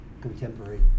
contemporary